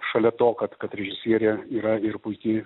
šalia to kad kad režisierė yra ir puiki